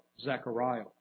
Zechariah